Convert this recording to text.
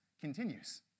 continues